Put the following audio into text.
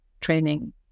training